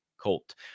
Colt